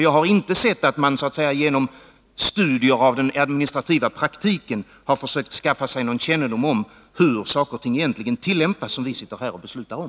Jag har inte sett att man genom studier av den administrativa praktiken har försökt skaffa sig någon kännedom om hur saker och ting egentligen tillämpas som vi sitter här och beslutar om.